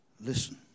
Listen